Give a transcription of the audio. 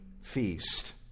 feast